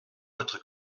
votre